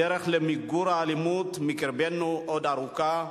הדרך למיגור האלימות מקרבנו עוד ארוכה,